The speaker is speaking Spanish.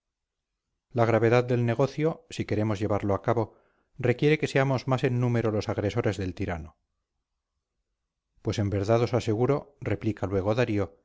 la gravedad del negocio si queremos llevarlo a cabo requiere que seamos más en número los agresores del tirano pues en verdad os aseguro replica luego darío